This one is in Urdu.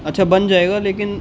اچھا بن جائے گا لیکن